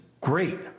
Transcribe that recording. great